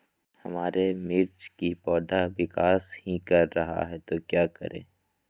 हमारे मिर्च कि पौधा विकास ही कर रहा है तो क्या करे?